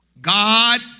God